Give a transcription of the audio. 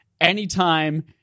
Anytime